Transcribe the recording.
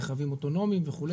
רכבים אוטונומיים וכו',